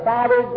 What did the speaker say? Father